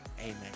amen